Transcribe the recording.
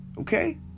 Okay